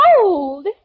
cold